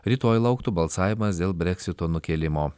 rytoj lauktų balsavimas dėl breksito nukėlimo